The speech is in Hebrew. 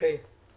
מהמניות בחברה.